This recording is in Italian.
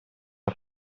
più